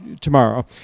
tomorrow